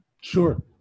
Sure